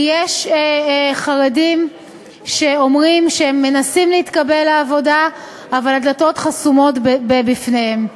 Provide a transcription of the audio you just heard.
כי יש חרדים שאומרים שהם מנסים להתקבל לעבודה אבל הדלתות חסומות בפניהם.